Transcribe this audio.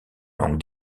langue